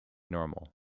normal